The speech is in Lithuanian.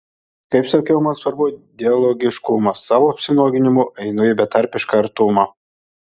kaip sakiau man svarbu dialogiškumas savo apsinuoginimu einu į betarpišką artumą